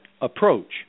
approach